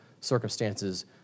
circumstances